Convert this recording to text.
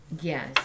Yes